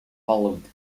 followed